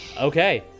okay